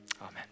Amen